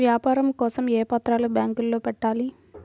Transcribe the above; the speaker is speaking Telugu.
వ్యాపారం కోసం ఏ పత్రాలు బ్యాంక్లో పెట్టాలి?